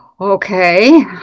Okay